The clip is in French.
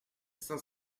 cent